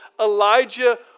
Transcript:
Elijah